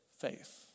faith